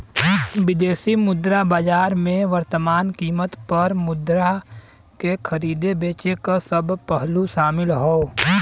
विदेशी मुद्रा बाजार में वर्तमान कीमत पर मुद्रा के खरीदे बेचे क सब पहलू शामिल हौ